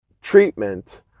treatment